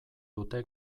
dute